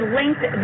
linked